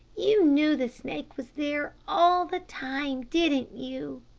you knew the snake was there all the time, didn't you?